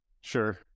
Sure